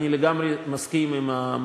אני מסכים לגמרי עם המציעים.